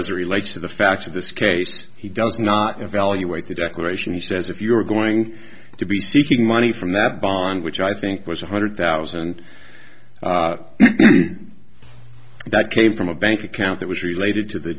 it relates to the facts of this case he does not evaluate the declaration he says if you are going to be seeking money from that bond which i think was one hundred thousand that came from a bank account that was related to the